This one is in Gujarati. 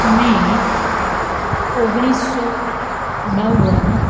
મે ઓગણીસસો બાવન